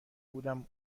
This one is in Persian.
بودم